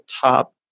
top